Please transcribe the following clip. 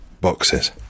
boxes